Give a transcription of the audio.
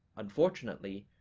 unfortunately,